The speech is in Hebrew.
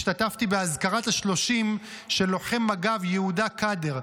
השתתפתי באזכרת השלושים של לוחם מג"ב יהודה קאדר,